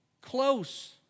close